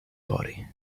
body